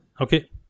Okay